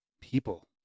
people